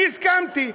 אני הסכמתי.